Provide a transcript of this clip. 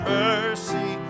mercy